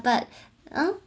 but uh